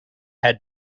had